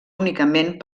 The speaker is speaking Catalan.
únicament